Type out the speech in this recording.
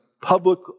public